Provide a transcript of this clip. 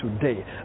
today